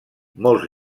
molts